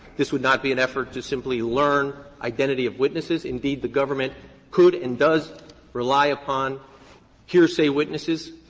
this would not be an effort to simply learn identity of witnesses. indeed, the government could and does rely upon hearsay witnesses,